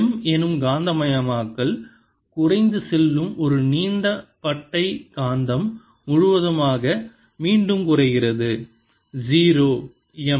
M எனும் காந்தமாக்கல் குறைந்து செல்லும் ஒரு நீண்ட பட்டை காந்தம் முழுவதுமாக மீண்டும் குறைகிறது 0 M